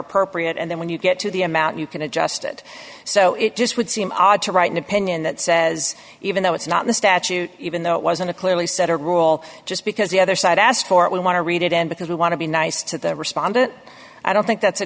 appropriate and then when you get to the amount you can adjust it so it just would seem odd to write an opinion that says even though it's not the statute even though it wasn't a clearly set a role just because the other side asked for it we want to read it and because we want to be nice to the respondent i don't think that's a